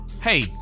Hey